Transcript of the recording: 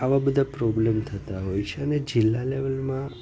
આવા બધા પ્રોબ્લેમ થતાં હોય છે અને જિલ્લા લેવલમાં